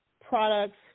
products